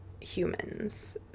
humans